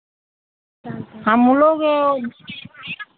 हम लोग